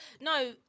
No